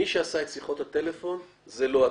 מי שעשה את שיחות הטלפון זה לא אתה.